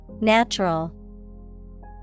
Natural